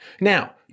Now